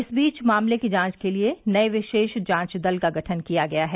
इस बीच मामले की जांच के लिए नए विशेष जांच दल का गठन किया गया है